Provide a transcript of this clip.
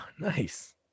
Nice